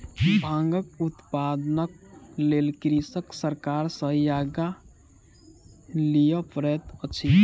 भांगक उत्पादनक लेल कृषक सरकार सॅ आज्ञा लिअ पड़ैत अछि